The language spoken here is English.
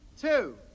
two